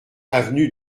avenue